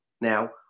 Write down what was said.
Now